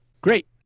Great